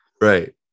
Right